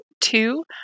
Two